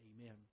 Amen